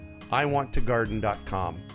Iwanttogarden.com